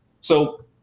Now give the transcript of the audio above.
So-